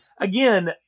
again